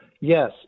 Yes